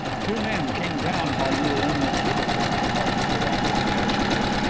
two men came down while you were in your cubicle, remarked carrados casually.